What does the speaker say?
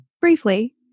briefly